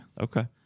okay